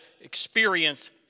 experience